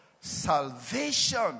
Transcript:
Salvation